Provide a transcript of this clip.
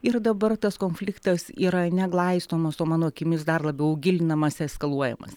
ir dabar tas konfliktas yra ne glaistomos o mano akimis dar labiau gilinamas eskaluojamas